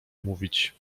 mówić